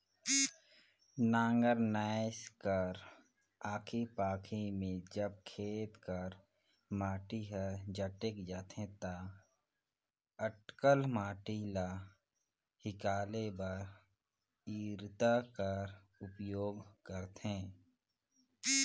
नांगर नाएस कर आखी पाखी मे जब खेत कर माटी हर जटेक जाथे ता जटकल माटी ल हिकाले बर इरता कर उपियोग करथे